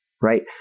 right